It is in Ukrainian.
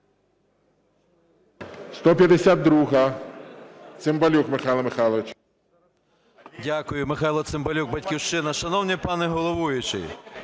152, Цимбалюк Михайло Михайлович.